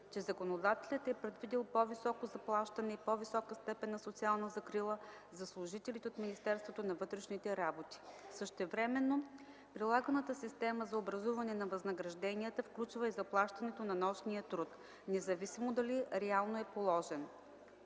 че законодателят е предвидил по-високо заплащане и по-висока степен на социална закрила за служителите от Министерството на вътрешните работи. Същевременно прилаганата система за образуване на възнагражденията включва и заплащането на нощния труд, независимо дали реално е положен.